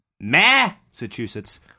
Massachusetts